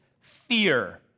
fear